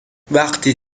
وقتی